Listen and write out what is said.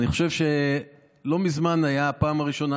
אני חושב שלא מזמן הייתה הפעם הראשונה